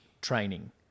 training